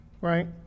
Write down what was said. right